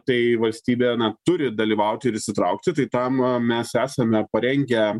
tai valstybė na turi dalyvauti ir įsitraukti tai tam mes esame parengę